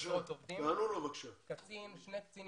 תשים שני קצינים,